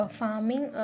farming